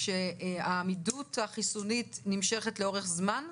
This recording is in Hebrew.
שהעמידות החיסונית נמשכת לאורך זמן?